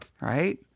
right